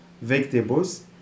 vegetables